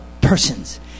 persons